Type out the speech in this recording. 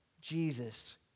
Jesus